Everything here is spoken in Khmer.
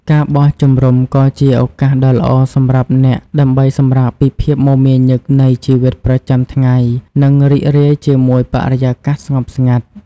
ការបោះជំរុំក៏ជាឱកាសដ៏ល្អសម្រាប់អ្នកដើម្បីសម្រាកពីភាពមមាញឹកនៃជីវិតប្រចាំថ្ងៃ និងរីករាយជាមួយបរិយាកាសស្ងប់ស្ងាត់។